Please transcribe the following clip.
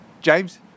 James